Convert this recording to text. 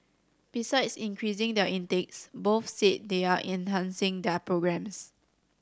besides increasing their intakes both said they are enhancing their programmes